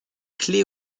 clé